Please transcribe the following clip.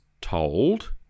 told